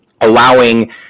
allowing